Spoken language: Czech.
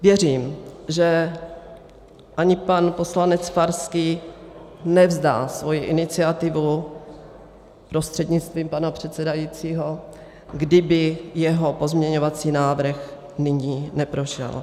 Věřím, že ani pan poslanec Farský nevzdá svoji iniciativu prostřednictvím pana předsedajícího, kdyby jeho pozměňovací návrh nyní neprošel.